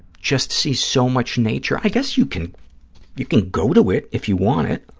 just see so much nature? i guess you can you can go to it, if you want it.